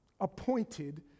Appointed